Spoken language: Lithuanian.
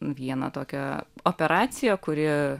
vieną tokią operaciją kuri